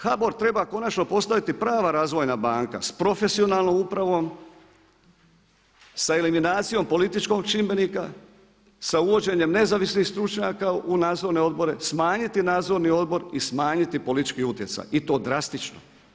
HBOR treba konačno postati prva razvojna banka s profesionalnom upravom, sa eliminacijom političkog čimbenike, sa uvođenjem nezavisnih stručnjaka u nadzorne odbore, smanjiti nadzorni odbor i smanjiti politički utjecaj i to drastično.